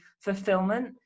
fulfillment